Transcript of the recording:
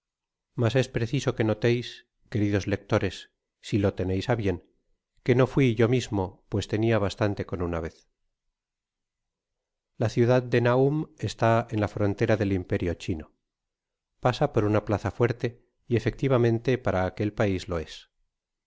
mas es preciso que noteis queridos lectores si lo teneis á bien que no fui yo mis mo pues tenia bastante con una vez la ciudad de nañm está en la frontera del imperio chino pasa por una plaza fuerte y efectivamente para aquel pais lo es